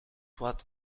what